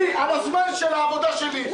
על חשבון הזמן של העבודה שלי,